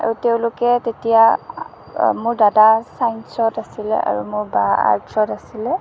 আৰু তেওঁলোকে তেতিয়া মোৰ দাদা চাইঞ্চত আছিলে আৰু মোৰ বা আৰ্টচত আছিলে